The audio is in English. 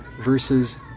versus